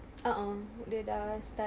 a'ah dia dah start